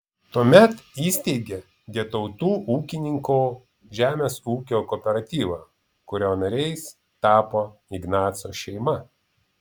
tuomet įsteigė getautų ūkininko žemės ūkio kooperatyvą kurio nariais tapo ignaco šeima